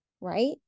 right